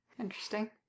interesting